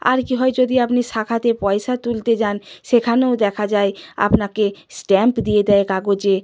আর কী হয় যদি আপনি শাখাতে পয়সা তুলতে যান সেখানেও দেখা যায় আপনাকে স্ট্যাম্প দিয়ে দেয় কাগজে